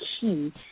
key